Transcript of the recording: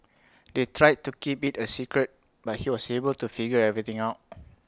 they tried to keep IT A secret but he was able to figure everything out